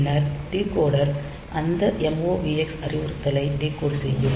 பின்னர் டிகோடர் அந்த MOVX அறிவுறுத்தலை டிகோட் செய்யும்